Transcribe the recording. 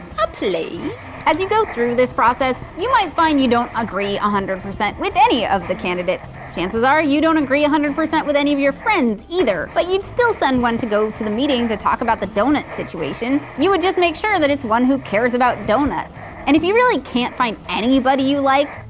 ah play. as you go through this process, you might find you don't agree a hundred percent with any of the candidates. chances are, you don't agree a hundred percent with any of your friends, either, but you'd still send one to go to the meeting to talk about the donut situation! you would just make sure it's one who cares about doughnuts. and if you really can't find anybody you like,